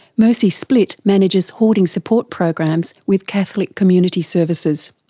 mercy splitt manages hoarding support programs with catholic community services.